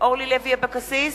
אורלי לוי אבקסיס,